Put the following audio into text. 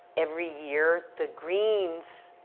every year the greens,